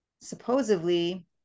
supposedly